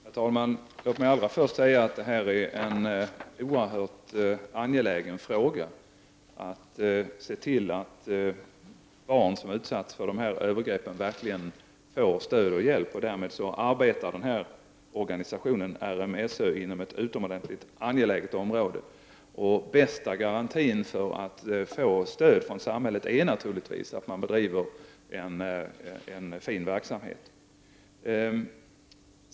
Herr talman! Jag vill allra först säga att det är en oerhört angelägen fråga att se till att barn som har utsatts för dessa övergrepp verkligen får stöd och hjälp. Därför arbetar denna organisation, RMSÖ, inom ett utomordentligt angeläget område. Den bästa garantin för att få stöd från samhället är naturligtvis att man bedriver en bra verksamhet.